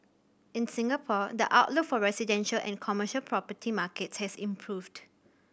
in Singapore the outlook for the residential and commercial property markets has improved